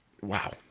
wow